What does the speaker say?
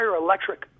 electric